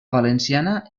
valenciana